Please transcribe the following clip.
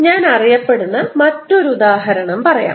ഞാൻ അറിയപ്പെടുന്ന മറ്റൊരു ഉദാഹരണം പറയാം